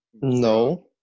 No